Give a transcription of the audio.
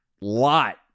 lot